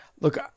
look